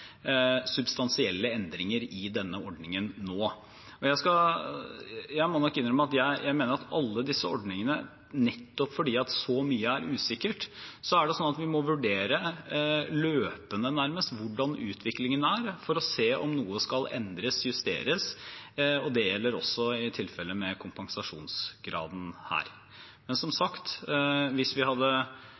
substansielle endringer i denne ordningen nå. Jeg må innrømme at jeg mener at for alle disse ordningene, nettopp fordi så mye er usikkert, må vi vurdere nærmest løpende hvordan utviklingen er, for å se om noe skal endres eller justeres, og det gjelder også i tilfellet med kompensasjonsgraden. Men som sagt: Hvis vi hadde